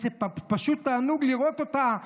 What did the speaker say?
פשוט תענוג לראות אותה,